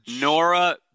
Nora